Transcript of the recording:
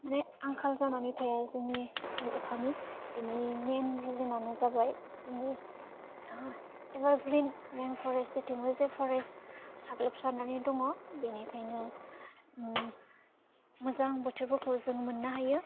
माने आंखाल जानानै थाया जोंनि अखानि बिनि मेन रिजनआनो जाबाय जोङो आ एबारग्रिन रेनफरेष्ट जेथिंबो जे फरेष्ट साग्लोबसारनानै दङ बेनिखायनो मोजां बोथोरफोरखौ जों मोननो हायो